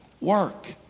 work